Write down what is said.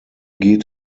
geht